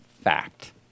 fact